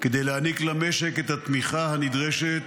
כדי להעניק למשק את התמיכה הנדרשת